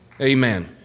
Amen